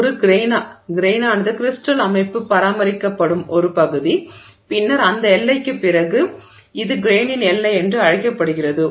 ஒரு கிரெயினானது கிரிஸ்டல் அமைப்பு பராமரிக்கப்படும் ஒரு பகுதி பின்னர் அந்த எல்லைக்குப் பிறகு இது கிரெய்னின் எல்லை என்று அழைக்கப்படுகிறது